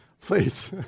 please